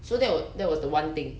so that was that was the one thing